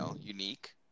unique